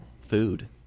food